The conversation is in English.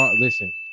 Listen